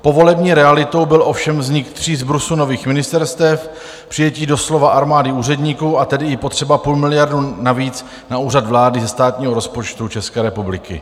Povolební realitou byl ovšem vznik tří zbrusu nových ministerstev, přijetí doslova armády úředníků, a tedy i potřeba půl miliardy navíc na Úřad vlády ze státního rozpočtu České republiky.